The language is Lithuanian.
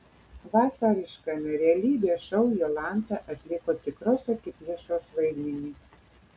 vasariškame realybės šou jolanta atliko tikros akiplėšos vaidmenį